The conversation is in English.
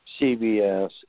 CBS